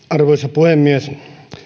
arvoisa puhemies